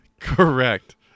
Correct